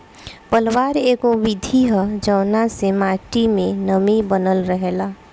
पलवार एगो विधि ह जवना से माटी मे नमी बनल रहेला